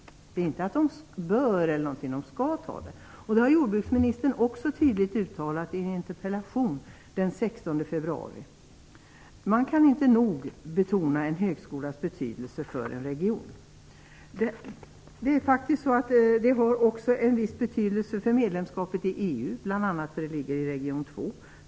Det står inte att de "bör" utan att de "skall". Jordbruksministern har också uttalat det tydligt i en interpellationsdebatt den 16 Man kan inte nog betona en högskolas betydelse för en region. Skolan har också en viss betydelse för medlemskapet i EU, bl.a. för att den ligger i region 2.